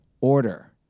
order